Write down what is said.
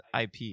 IP